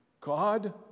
God